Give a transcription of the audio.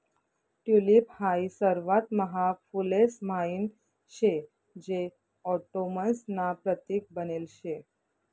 tulip हाई सर्वात महाग फुलेस म्हाईन शे जे ऑटोमन्स ना प्रतीक बनेल शे